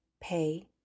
Pay